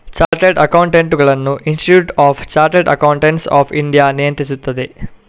chartered ಅಕೌಂಟೆಂಟುಗಳನ್ನು institute of chartered accountants of India ನಿಯಂತ್ರಿಸುತ್ತದೆ